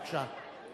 בבקשה.